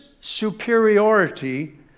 superiority